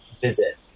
visit